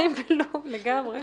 לגמרי.